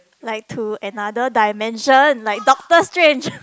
like to another dimension like doctor strange